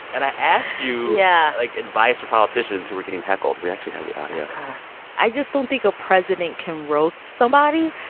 and i asked you. yeah. like, advice for politicians who were getting heckled. we actually have the audio oh, god i just don't think a president can roast somebody.